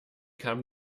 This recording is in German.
kam